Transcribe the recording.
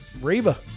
Reba